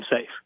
safe